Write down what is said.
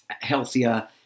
healthier